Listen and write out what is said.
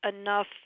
enough